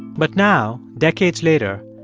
but now, decades later,